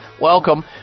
Welcome